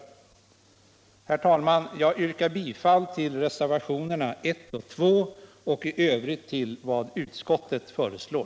Herr talman! Jag yrkar bifall till reservationerna 1 och 2 och i övrigt till vad utskottet föreslår.